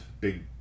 big